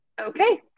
okay